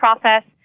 process